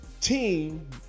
team